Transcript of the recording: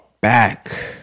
back